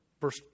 Verse